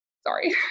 Sorry